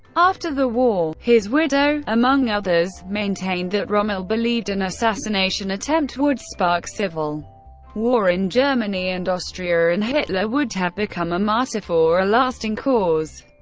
after the war, his widow among others maintained that rommel believed an assassination attempt would spark civil war in germany and austria, and hitler would have become a martyr for a lasting cause.